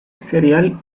cereal